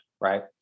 right